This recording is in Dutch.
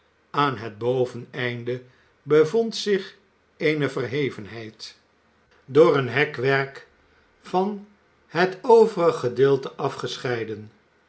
aan het boveneinde bevond zich eene verhevenheid door een hekwerk van het overig gedeelte afgescheiden